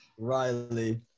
Riley